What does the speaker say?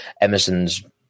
Emerson's